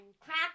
crack